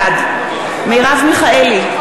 בעד מרב מיכאלי,